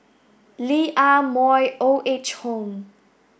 Lee Ah Mooi Old Age Home